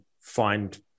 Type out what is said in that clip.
find